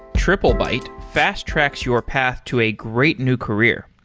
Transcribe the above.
triplebyte fast-tracks your path to a great new career.